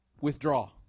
withdraw